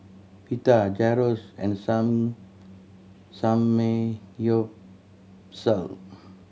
Pita Gyros and some Samgyeopsal